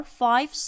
five